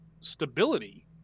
stability